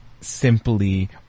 simply